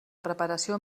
preparació